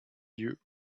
you